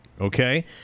Okay